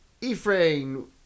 Ephraim